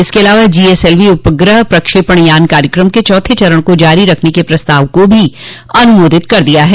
इसके अलावा जीएसएलवी उपग्रह प्रक्षेपण यान कार्यक्रम के चौथे चरण को जारी रखने के प्रस्ताव को भी अनुमोदित कर दिया है